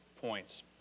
points